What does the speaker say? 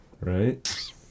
Right